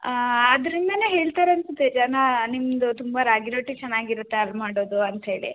ಆದ್ದರಿಂದನೆ ಹೇಳ್ತಾರೆ ಅನಿಸುತ್ತೆ ಜನ ನಿಮ್ಮದು ತುಂಬ ರಾಗಿರೊಟ್ಟಿ ಚೆನ್ನಾಗಿರುತ್ತೆ ಅದು ಮಾಡೋದು ಅಂತ ಹೇಳಿ